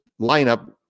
lineup